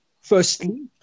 firstly